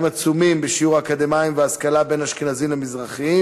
עצומים בשיעור האקדמאים וההשכלה בין אשכנזים למזרחים,